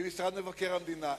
במשרד מבקר המדינה,